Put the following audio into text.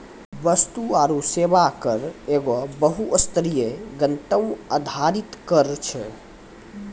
वस्तु आरु सेवा कर एगो बहु स्तरीय, गंतव्य आधारित कर छै